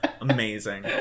Amazing